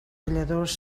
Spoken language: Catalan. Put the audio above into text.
balladors